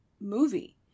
movie